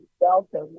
welcome